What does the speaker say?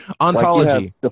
Ontology